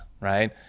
right